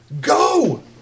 Go